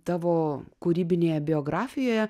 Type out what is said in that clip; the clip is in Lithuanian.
tavo kūrybinėje biografijoje